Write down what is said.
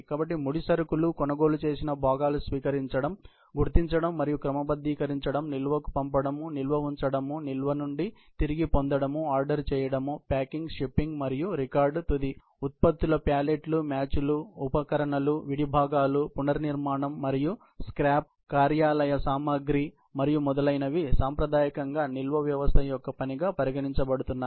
కాబట్టి ముడి సరుకులుకొనుగోలు చేసిన భాగాలు స్వీకరించడం గుర్తించడం మరియు క్రమబద్ధీకరించడం నిల్వకు పంపడంనిల్వ ఉంచడంనిల్వ నుండి తిరిగి పొందడంఆర్డర్ చేరడం ప్యాకింగ్ షిప్పింగ్ మరియు రికార్డ్ తుది ఉత్పత్తులుప్యాలెట్లు మ్యాచ్లు ఉపకరణాలు విడి భాగాలు పునర్నిర్మాణం మరియు స్క్రాప్ కార్యాలయ సామాగ్రి మరియు మొదలైనవి సాంప్రదాయకంగా నిల్వ వ్యవస్థ యొక్క పనిగా పరిగణించబడుతున్నాయి